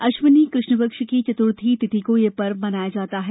अश्विनी कृष्णपक्ष की चतुर्थी तिथि को यह पर्व मनाया जाता है